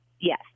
yes